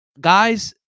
Guys